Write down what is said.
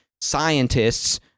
scientists—